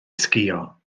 sgïo